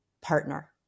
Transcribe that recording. partner